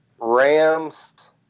Rams